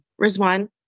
Rizwan